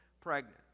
pregnant